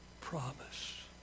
promise